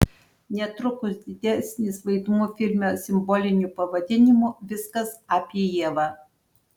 netrukus didesnis vaidmuo filme simboliniu pavadinimu viskas apie ievą